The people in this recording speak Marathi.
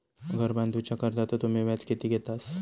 घर बांधूच्या कर्जाचो तुम्ही व्याज किती घेतास?